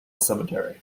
cemetery